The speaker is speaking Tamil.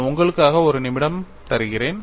நான் உங்களுக்காக ஒரு நிமிடம் தருகிறேன்